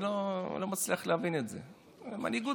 הוא צריך להתבצע בזהירות,